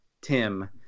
tim